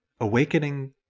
awakening